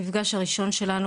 המפגש הראשון שלנו,